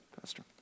Pastor